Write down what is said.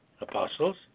apostles